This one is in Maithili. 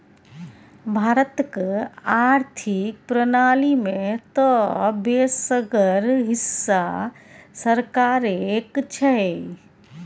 भारतक आर्थिक प्रणाली मे तँ बेसगर हिस्सा सरकारेक छै